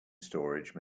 storage